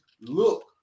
look